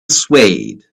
swayed